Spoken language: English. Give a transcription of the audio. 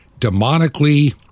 demonically